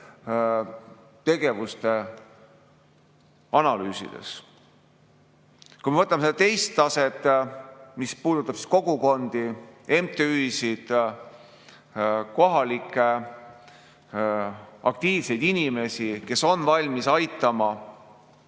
tegevuste analüüsides. Kui me võtame selle teise taseme, mis puudutab kogukondi, MTÜ‑sid, kohalikke aktiivseid inimesi, kes on valmis aitama